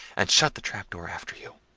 and shut the trap-door after you.